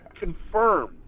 confirmed